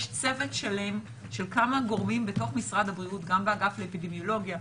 יש צוות שלם של כמה גורמים בתוך משרד הבריאות גם באגף לאפידמיולוגיה,